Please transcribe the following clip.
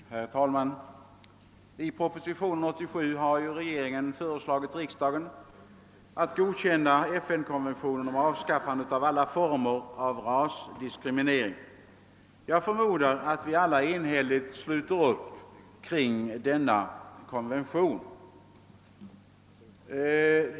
Herr talman! I propositionen 87 har regeringen föreslagit riksdagen att godkänna FN-konventionen om avskaffande av alla former av rasdiskriminering. Jag förmodar att vi alla enhälligt sluter upp kring denna konvention.